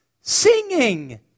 Singing